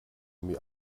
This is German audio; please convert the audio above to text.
mir